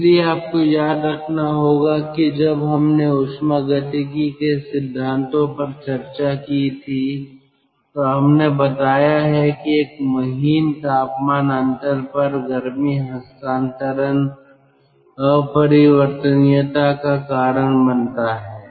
इसलिए आपको याद रखना होगा कि जब हमने ऊष्मागतिकी के सिद्धांतों पर चर्चा की थी तो हमने बताया है कि एक महीन तापमान अंतर पर गर्मी हस्तांतरण अपरिवर्तनीयता का कारण बनता है